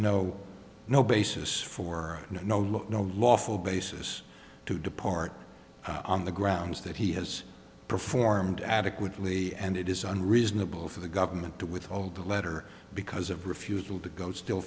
no no basis for no look no lawful basis to depart on the grounds that he has performed adequately and it is unreasonable for the government to withhold the letter because of refusal to go still